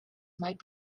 might